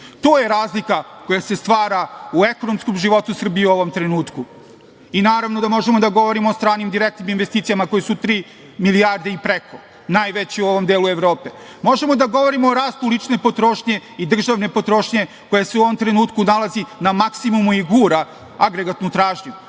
To je razlika koja se stvara u ekonomskom životu Srbije u ovom trenutku. Naravno da možemo da govorimo o stranim direktnim investicijama koje su tri milijarde i preko, najveće u ovom delu Evrope. Možemo da govorimo o rastu lične potrošnje i državne potrošnje koja se u ovom trenutku nalazi na maksimumu i gura agregatnu tražnju.